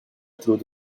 through